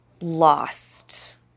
lost